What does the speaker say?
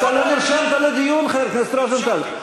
אתה לא נרשמת לדיון, חבר הכנסת רוזנטל.